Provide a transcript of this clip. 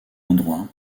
endroit